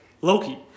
Loki